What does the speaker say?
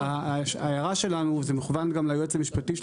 ההערה שלנו זה מכוון גם ליועץ המשפטי של